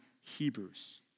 Hebrews